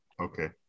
Okay